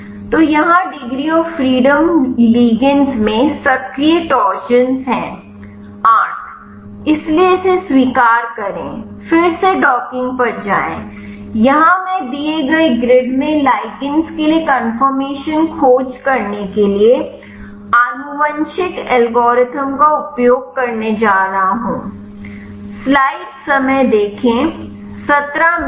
तो यहाँ degree of freedom ligand में सक्रिय टोरशंस है 8 इसलिए इसे स्वीकार करें फिर से डॉकिंग पर जाएं यहाँ मैं दिए गए ग्रिड में लिगंड के लिए कन्फर्मेशन खोज करने के लिए आनुवंशिक एल्गोरिथ्म का उपयोग करने जा रहा हूं